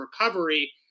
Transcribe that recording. recovery